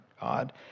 God